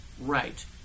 right